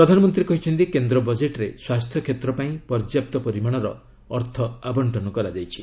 ପ୍ରଧାନମନ୍ତ୍ରୀ କହିଛନ୍ତି କେନ୍ଦ୍ର ବଜେଟ୍ରେ ସ୍ୱାସ୍ଥ୍ୟକ୍ଷେତ୍ର ପାଇଁ ପର୍ଯ୍ୟାପ୍ତ ପରିମାଣର ଅର୍ଥ ଆବଶ୍ଚନ କରାଯାଇଛି